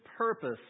purpose